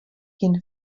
jen